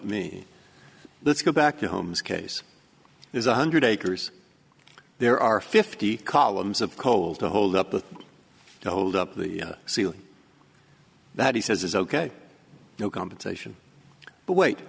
me let's go back to homes case there's one hundred acres there are fifty columns of coal to hold up with to hold up the ceiling that he says is ok no compensation but wait